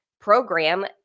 program